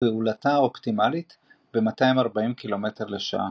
ופעולתה אופטימלית ב-240 קילומטר לשעה.